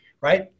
right